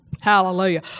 Hallelujah